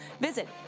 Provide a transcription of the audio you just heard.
Visit